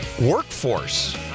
workforce